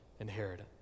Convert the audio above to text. inheritance